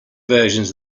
versions